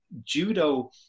Judo